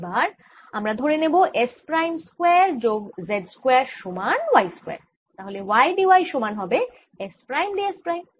এবার আমরা ধরে নেব S প্রাইম স্কয়ার যোগ z স্কয়ার সমান কোন y স্কয়ার তাহলে y d y সমান হবে S prime d s prime